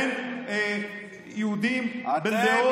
בין יהודים, בין דעות?